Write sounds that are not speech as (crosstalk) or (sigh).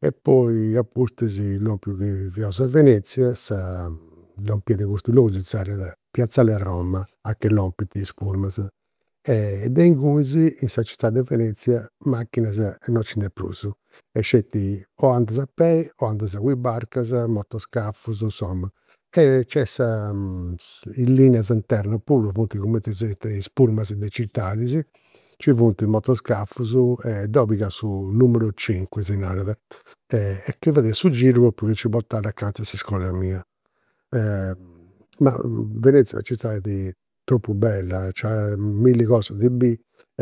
E poi apustis, lompius chi fiaus a Venezia, sa (hesitation) lompiat a custu logu si zerriat piazzale Roma, a che lompint is pullman e de ingunis sa citadi de Venezia macchinas non nci nd'est prus, est sceti, o andas a peis o andas cu i' barcas, motoscafus, insoma. E nc'est sa (hesitation) i' lineas internas puru, funt cumenti chi siant i' pullman de i' citadis, nci funt motoscafus. E deu pigà su numeru cincu, si narat, chi fadia su giru chi si nci portat acanta a s'iscola mia. Venezia est una citadi tropu bella, nc'iat milli cosa de biri (hesitation)